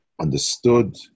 understood